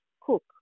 cook